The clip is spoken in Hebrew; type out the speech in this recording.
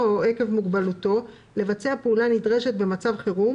או עקב מוגבלותו לבצע פעולה נדרשת במצב חירום,